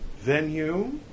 venue